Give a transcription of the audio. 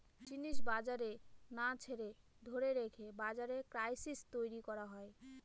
জিনিস বাজারে না ছেড়ে ধরে রেখে বাজারে ক্রাইসিস তৈরী করা হয়